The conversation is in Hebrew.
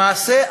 למעשה,